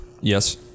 Yes